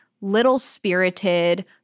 little-spirited